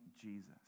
Jesus